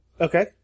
Okay